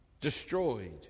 destroyed